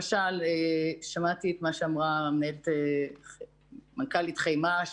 שמעתי מה שאמרה מנכ"לית חיימ"ש,